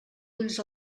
ulls